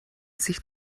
sich